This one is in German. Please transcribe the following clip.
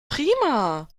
prima